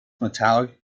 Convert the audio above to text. metallic